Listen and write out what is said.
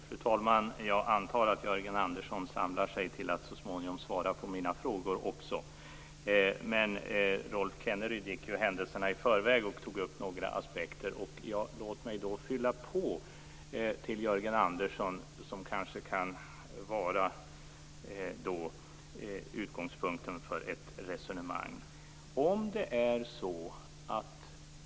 Fru talman! Jag antar att Jörgen Andersson samlar sig till att så småningom svara också på mina frågor. Rolf Kenneryd gick händelserna i förväg och tog upp några aspekter. Låt mig fylla på med ytterligare några aspekter till Jörgen Andersson, som kanske kan vara utgångspunkter för ett resonemang.